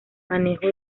manejo